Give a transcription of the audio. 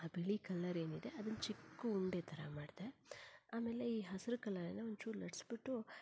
ಆ ಬಿಳಿ ಕಲ್ಲರ್ ಏನಿದೆ ಅದನ್ನ ಚಿಕ್ಕ ಉಂಡೆ ಥರ ಮಾಡಿದೆ ಆಮೇಲೆ ಈ ಹಸಿರು ಕಲ್ಲರ್ ಏನಿದೆ ಒಂಚೂರು ಲಟ್ಟಿಸ್ಬಿಟ್ಟು